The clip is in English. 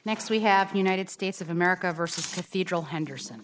next we have the united states of america versus thehotel henderson